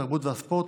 התרבות והספורט,